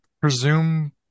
presume